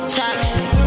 toxic